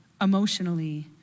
emotionally